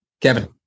Kevin